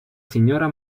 signora